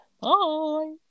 Bye